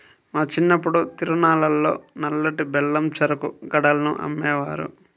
మా చిన్నప్పుడు తిరునాళ్ళల్లో నల్లటి బెల్లం చెరుకు గడలను అమ్మేవారు